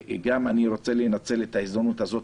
גם אני רוצה לנצל את ההזדמנות הזאת